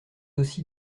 aussi